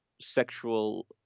sexual